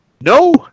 No